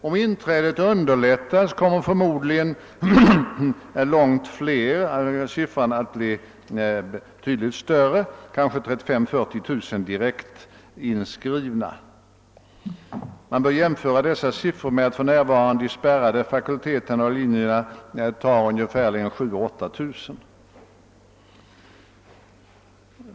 Om inträdet underlättas kommer siffran — menar jag — förmodligen att bli betydligt större, kanske 35 000—40 000 direktinskrivna. Man bör jämföra dessa siffror med att de spärrade fakulteterna och linjerna för närvarande tar 7 000— 8 000.